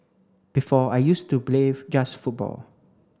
before I used to play just football